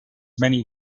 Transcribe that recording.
many